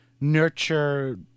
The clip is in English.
nurture